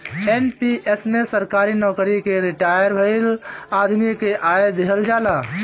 NPS में सरकारी नोकरी से रिटायर भईल आदमी के आय देहल जाला